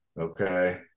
Okay